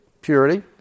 Purity